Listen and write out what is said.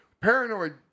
Paranoid